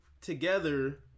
together